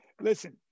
Listen